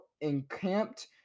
encamped